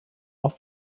auf